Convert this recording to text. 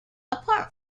apart